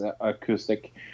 acoustic